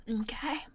Okay